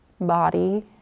body